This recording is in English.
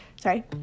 sorry